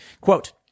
quote